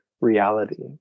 reality